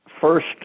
first